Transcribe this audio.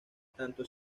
tanto